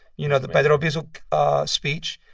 you know, the pedro albizu ah speech.